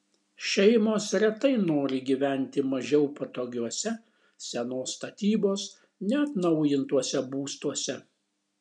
šeimos retai nori gyventi mažiau patogiuose senos statybos neatnaujintuose būstuose